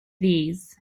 these